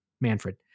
Manfred